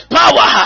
power